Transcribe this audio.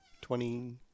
twenty